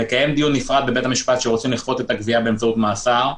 לקיים דיון נפרד בבית המשפט כשרוצים לכפות את הגבייה באמצעות מאסר,